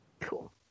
Cool